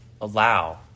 allow